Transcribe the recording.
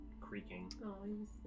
creaking